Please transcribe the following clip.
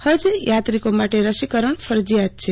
હજ યાત્રિકો માટે રસીકરણ ફરજીયાત છે